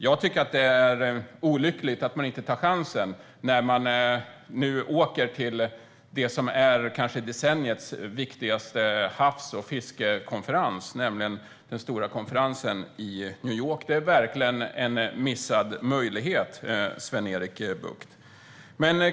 Jag tycker att det är olyckligt att man inte tar chansen när man nu åker till det som är decenniets kanske viktigaste havs och fiskekonferens, nämligen den stora konferensen i New York. Det är verkligen en missad möjlighet, Sven-Erik Bucht.